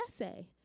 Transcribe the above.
essay